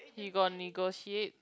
you got negotiate